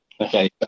okay